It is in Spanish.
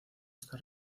está